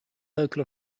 local